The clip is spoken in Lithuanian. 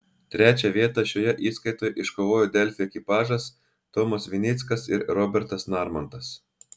trečią vietą šioje įskaitoje iškovojo delfi ekipažas tomas vinickas ir robertas narmontas